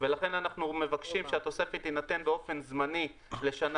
לכן אנחנו מבקשים שהתוספת תינתן באופן זמני לשנה